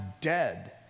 dead